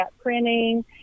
Printing